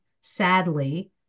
sadly